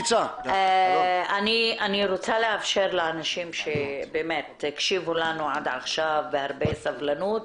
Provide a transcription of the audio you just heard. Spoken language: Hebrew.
אני רוצה לאפשר לאנשים שהקשיבו לנו עד עכשיו בהרבה סבלנות.